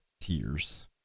tears